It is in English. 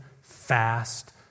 fast